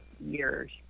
years